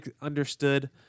understood